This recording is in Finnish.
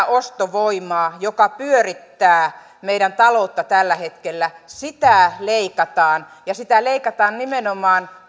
ostovoimaa joka pyörittää meidän taloutta tällä hetkellä leikataan ja sitä leikataan nimenomaan